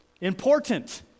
important